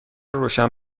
روشن